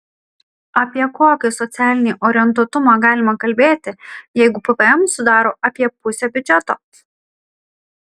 apie kokį socialinį orientuotumą galima kalbėti jeigu pvm sudaro apie pusę biudžeto